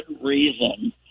reason